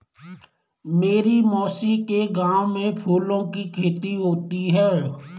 मेरी मौसी के गांव में फूलों की खेती होती है